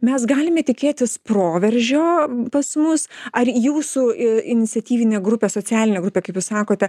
mes galime tikėtis proveržio pas mus ar jūsų iniciatyvinė grupė socialinė grupė kaip jūs sakote